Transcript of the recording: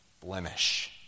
blemish